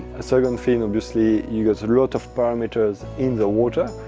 a second thing obviously, you've got a lot of parameters in the water.